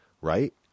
right